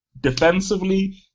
defensively